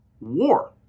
War